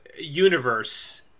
universe